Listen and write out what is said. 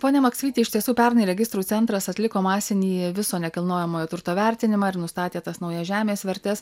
pone maksvyti iš tiesų pernai registrų centras atliko masinį viso nekilnojamojo turto vertinimą ir nustatė tas naujas žemės vertes